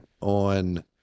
on